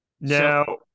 Now